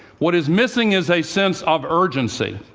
what is missing is a sense of urgency.